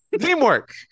Teamwork